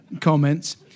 comments